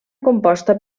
composta